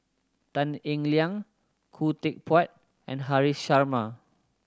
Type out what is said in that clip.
Tan Eng Liang Khoo Teck Puat and Haresh Sharma